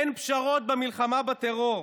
אין פשרות במלחמה בטרור.